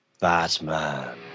Batman